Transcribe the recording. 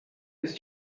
was